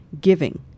giving